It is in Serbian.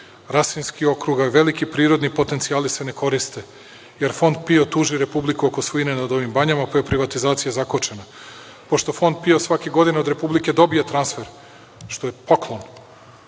Rasinski okrug, a veliki prirodni potencijali se ne koriste, jer Fond PIO tuži Republiku oko svojine nad ovim banjama, pa je privatizacija zakočena. Pošto Fond PIO svake godine od Republike dobije transfer, što je poklon,